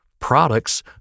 products